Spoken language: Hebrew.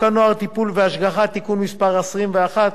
הנוער (טיפול והשגחה) (תיקון מס' 21),